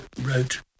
wrote